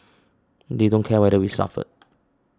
they don't care whether we suffer